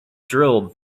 drilled